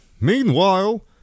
Meanwhile